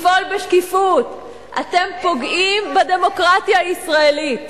אתם פוגעים בדמוקרטיה הישראלית,